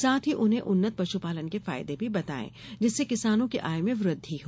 साथ ही उन्हें उन्नत पश्नपालन के फायदे भी बताएं जिससे किसानों की आय में वृद्धि हो